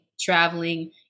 traveling